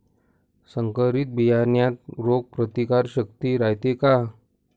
संकरित बियान्यात रोग प्रतिकारशक्ती रायते का?